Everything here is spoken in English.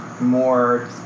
more